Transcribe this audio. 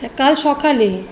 হ্যাঁ কাল সকালে